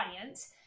audience